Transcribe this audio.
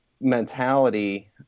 mentality